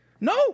No